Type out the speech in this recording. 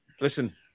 Listen